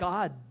God